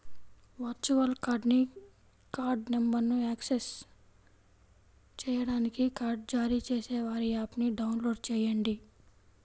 virtual కార్డ్ని card నంబర్ను access చేయడానికి కార్డ్ జారీ చేసేవారి యాప్ని డౌన్లోడ్ చేయండి